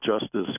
Justice